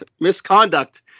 misconduct